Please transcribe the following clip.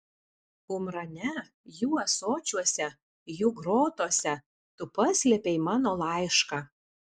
kumrane jų ąsočiuose jų grotose tu paslėpei mano laišką